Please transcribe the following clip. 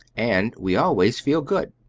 and we always feel good.